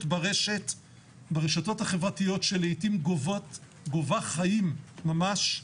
ברשתות החברתיות שלעיתים גובה חיים ממש.